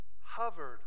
hovered